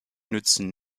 nützen